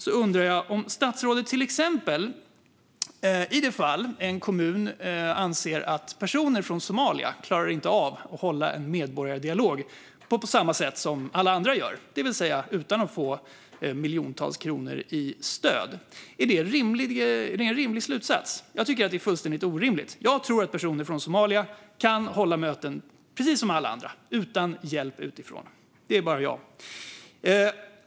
Jag undrar om statsrådet till exempel i det fall en kommun anser att personer från Somalia inte klarar av att hålla en medborgardialog på samma sätt som alla andra gör, det vill säga utan att få miljontals kronor i stöd, anser att det är en rimlig slutsats. Jag tycker att det är fullständigt orimligt. Jag tror att personer från Somalia kan hålla möten precis som alla andra, utan hjälp utifrån. Det är bara jag.